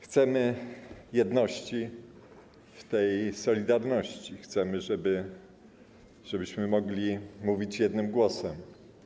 Chcemy jedności w tej solidarności, chcemy, żebyśmy mogli mówić jednym głosem.